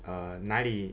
err 那里